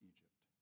Egypt